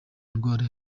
indwara